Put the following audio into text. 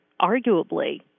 arguably